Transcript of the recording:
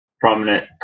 prominent